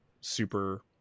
super